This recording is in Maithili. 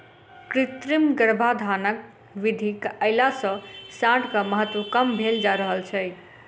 कृत्रिम गर्भाधानक विधि अयला सॅ साँढ़क महत्त्व कम भेल जा रहल छै